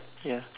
ya